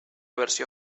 versió